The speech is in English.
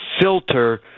filter